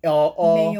your or